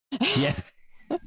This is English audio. yes